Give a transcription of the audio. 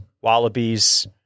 wallabies